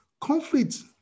conflict